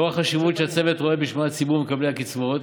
לאור החשיבות שהצוות רואה בשמיעת ציבור מקבלי הקצבאות